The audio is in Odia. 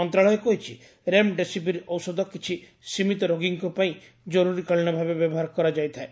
ମନ୍ତ୍ରଣାଳୟ କହିଛି ରେମ୍ଡେସିବିର୍ ଔଷଧ କିଛି ସୀମିତ ରୋଗୀଙ୍କ ପାଇଁ ଜରୁରୀକାଳୀନ ଭାବେ ବ୍ୟବହାର କରାଯାଇଥାଏ